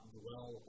dwell